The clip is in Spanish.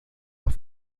los